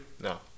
No